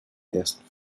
ersten